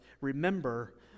remember